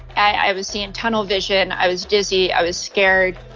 i i was seeing tunnel vision, i was dizzy, i was scared.